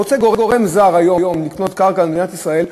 היום כשרוצה גורם זר לקנות קרקע במדינת ישראל,